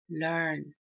learn